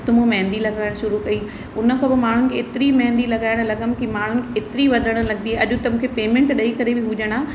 त मूं मेंदी लॻाइण शुरू कई हुन खां पोइ माण्हुनि खे एतिरी मेंदी लॻाइण लॻियमि कि माण्हू एतिरी वधण लॻी अॼु त मूंखे पेमेंट ॾेई करे बि हू ॼणा